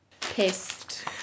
pissed